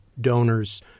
donors